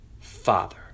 Father